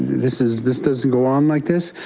this is this doesn't go on like this?